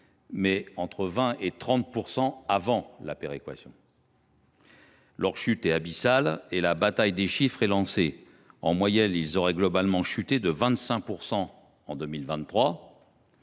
mais entre 20 % et 30 % avant péréquation ! Or leur chute est abyssale, et en la matière la bataille des chiffres est lancée. En moyenne, ils auraient globalement chuté de 25 % en 2023.